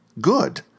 Good